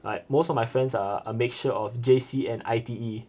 like most of my friends are a mixture of J_C and I_T_E